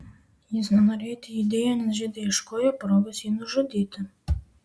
jis nenorėjo eiti judėjon nes žydai ieškojo progos jį nužudyti